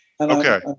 Okay